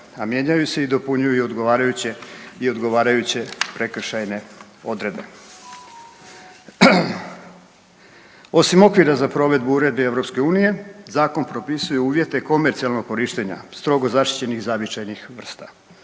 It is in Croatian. a mijenjaju se i dopunjuju i odgovarajuće prekršajne odredbe. Osim okvira za provedbu Uredbe Europske unije zakon propisuje uvjete komercijalnog korištenja strogo zaštićenih zavičajnih vrsta